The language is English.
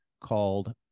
called